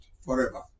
forever